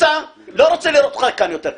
לא רוצה לראות אותך כאן יותר.